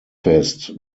fest